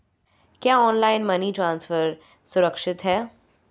क्या online money transfer सुरक्षित है?